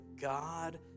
God